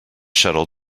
shuttle